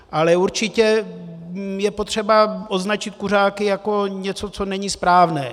Ale určitě je potřeba označit kuřáky jako něco, co není správné.